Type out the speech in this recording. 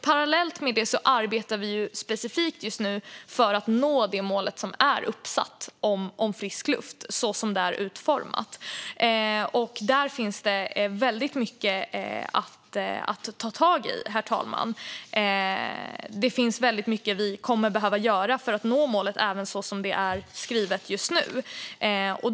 Parallellt med det arbetar vi just nu specifikt för att nå det mål om frisk luft som är uppsatt, så som det är utformat. Där finns det väldigt mycket att ta tag i, herr talman. Det finns väldigt mycket som vi kommer att behöva göra för att nå målet även som det är skrivet just nu.